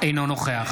נגד משה